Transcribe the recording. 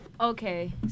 Okay